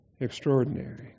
extraordinary